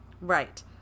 Right